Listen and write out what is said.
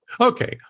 Okay